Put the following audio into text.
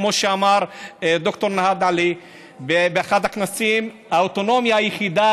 כמו שאמר ד"ר נוהאד עלי באחד הכנסים: האוטונומיה היחידה